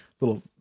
little